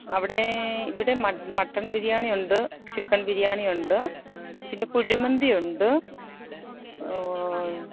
അവിടെ ഇവിടെ മട്ടണ് ബിരിയാണിയുണ്ട് ചിക്കന് ബിരിയാണിയുണ്ട് പിന്നെ കുഴിമന്തിയുണ്ട്